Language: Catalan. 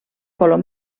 color